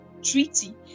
treaty